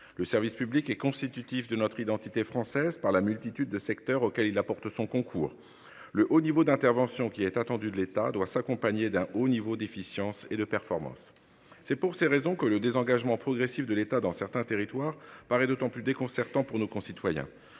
Le service public est constitutif de notre identité française par la multitude de secteurs auxquels il apporte son concours le haut niveau d'intervention qui est attendu de l'État doit s'accompagner d'un haut niveau d'efficience et de performance. C'est pour ces raisons que le désengagement progressif de l'État dans certains territoires paraît d'autant plus déconcertants pour nos concitoyens.